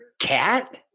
cat